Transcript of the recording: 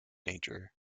nature